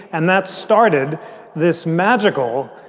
and that started this magical,